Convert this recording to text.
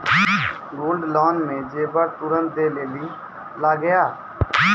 Gold loan मे जेबर तुरंत दै लेली लागेया?